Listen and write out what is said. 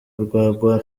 urwagwa